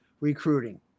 recruiting